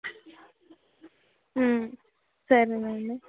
సరేనండి